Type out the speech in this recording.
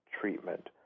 treatment